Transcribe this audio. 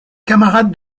camarade